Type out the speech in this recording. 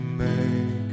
make